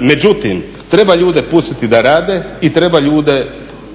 Međutim treba ljude pustiti da rade i treba ljude